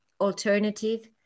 alternative